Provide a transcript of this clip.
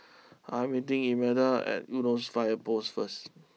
I am meeting Imelda at Eunos fire post first